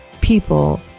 people